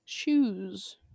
Shoes